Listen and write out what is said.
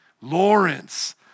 Lawrence